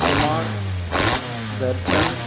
Kumar Darshan